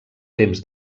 temps